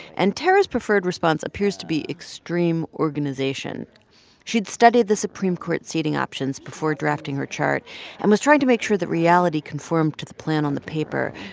and tarra's preferred response appears to be extreme organization she'd studied the supreme court seating options before drafting her chart and was trying to make sure that reality conformed to the plan on the paper.